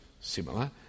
similar